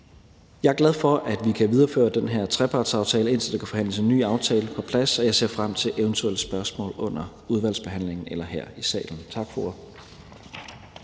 Jeg er glad for, at vi kan videreføre den her trepartsaftale, indtil der kan forhandles en ny aftale på plads, og jeg ser frem til eventuelle spørgsmål under udvalgsbehandlingen eller her i salen. Tak for